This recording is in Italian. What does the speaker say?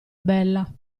bella